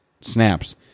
snaps